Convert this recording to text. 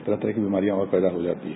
तरह तरह की बीमारियां और पैदा हो जाती हैं